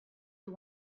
you